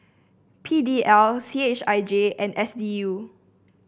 P D L C H I J and S D U